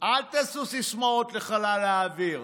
אל תפריחו סיסמאות לחלל האוויר.